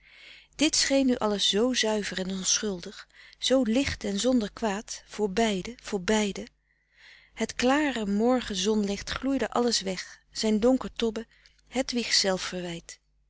dit scheen nu alles zoo zuiver en onschuldig zoo licht en zonder kwaad voor beiden voor beiden het klare morgen zonlicht gloeide alles weg zijn donker tobben